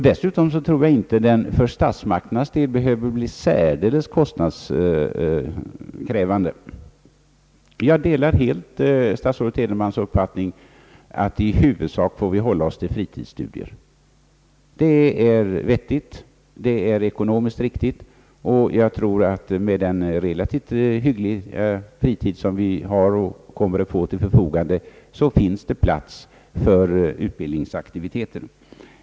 Dessutom tror jag att den för statsmakternas del inte behöver bli särdeles kostnadskrävande. Jag delar helt statsrådet Edenmans uppfattning att vi i huvudsak får hålla oss till fritidsstudier. Det är vettigt och ekonomiskt riktigt. Med den relativt hyggliga fritid vi har och kommer att få till förfogande tror jag det finns plats för utbildningsaktiviteter.